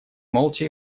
молча